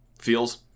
feels